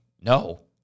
No